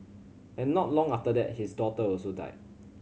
and not long after that his daughter also died